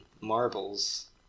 marbles